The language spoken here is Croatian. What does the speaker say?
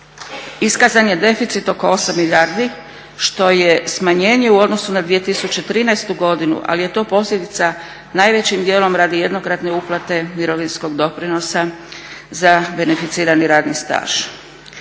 Iskazan je deficit oko 8 milijardi što je smanjenje u odnosu na 2013.godinu ali je to posljedica najvećim dijelom radi jednokratne uplate mirovinskog doprinosa za beneficirani radni staž.